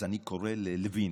אז אני קורא ללוין